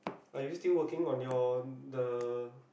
are you still working on your the